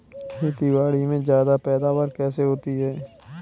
खेतीबाड़ी में ज्यादा पैदावार कैसे होती है?